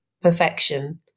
perfection